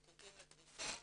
זקוקים לתרופה,